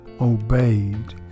obeyed